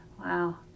Wow